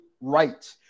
right